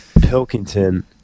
Pilkington